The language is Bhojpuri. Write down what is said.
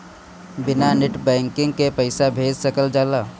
बिना नेट बैंकिंग के पईसा भेज सकल जाला?